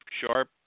sharp